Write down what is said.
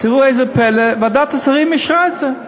תראו איזה פלא: ועדת השרים אישרה את זה,